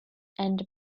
and